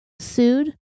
sued